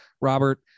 Robert